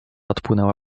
odpłynęła